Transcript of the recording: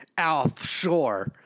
offshore